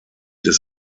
des